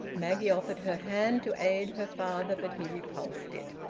maggie offered her hand to aid her father, but he repulsed it.